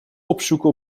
opzoeken